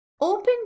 open